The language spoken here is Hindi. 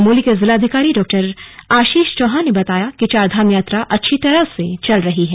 चमोली के जिलाधिकारी डाआशीष चौहान ने बताया कि चारधाम यात्रा अच्छी तरह से चल रही है